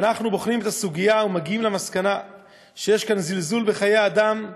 כשאנחנו בוחנים את הסוגיה ומגיעים למסקנה שיש כאן זלזול בחיי אדם,